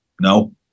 no